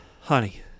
honey